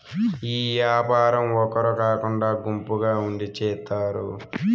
ఈ యాపారం ఒగరు కాకుండా గుంపుగా ఉండి చేత్తారు